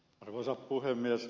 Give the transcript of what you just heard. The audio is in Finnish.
arvoisa puhemies